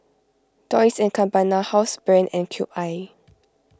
Dolce and Gabbana Housebrand and Cube I